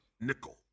nickel